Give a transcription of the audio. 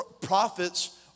prophets